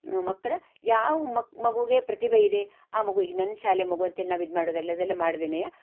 ಮಕ್ಕಳ ಯಾವ ಮಗುವಿಗೆ ಪ್ರತಿಭೆ ಇದೆ ಆ ಮಗು ಈಗ ನನ್ನ ಶಾಲೆ ಮಗು ಅಂತೇಳಿ ನಾವು ಇದು ಮಾಡೋದಾಗಲಿ ಅದೆಲ್ಲ ಮಾಡ್ದೆನೇ